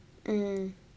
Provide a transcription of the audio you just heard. mm